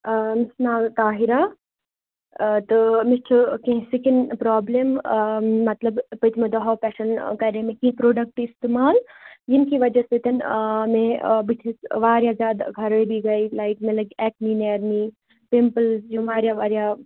آ مےٚ چھُ ناو طاہِرا تہٕ مےٚ چھِ کیٚنٛہہ سِکِن پرٛابلِم مَطلب پٔتمہِ دۄہَو پٮ۪ٹھ کَرے مےٚ کیٚنٛہہ پرٛوڈَکٹ اِستعمال ییٚمہِ کہِ وَجہ سۭتۍ مےٚ بٕتھِس واریاہ زِیادٕ خَرٲبی گٔے لایِِک مےٚ لٔگۍ ایکٚنی نیٚرنہِ پِمپٕلز یِِم واریاہ واریاہ